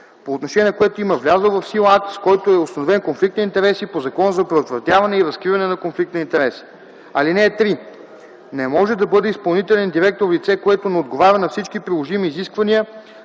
по отношение на което има влязъл в сила акт, с който е установен конфликт на интереси по Закона за предотвратяване и разкриване на конфликт на интереси. (3) Не може да бъде изпълнителен директор лице, което не отговаря на всички приложими изисквания